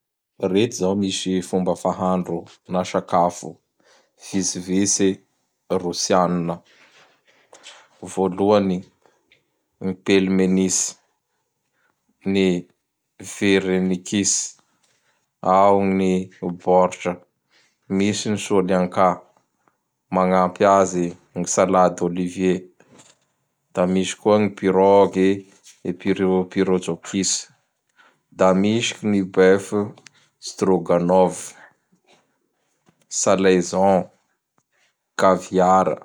Reo zao misy fomba fahandro na sakafo vitsivitsy Rosianina: Vôloany, ny Pelmenisy, ny Ferenikisy, ao gn ny Bôrtra, misy ny Solianka, magnampy azy gn Salade Olivie, da misy koa gn Pirogue Epiro Epirojokisy; da misy gn ny Bœuf Stroganov, Salaizon, Kaviara.